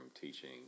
teaching